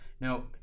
Now